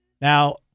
Now